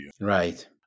Right